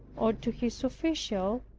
or to his official,